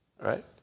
Right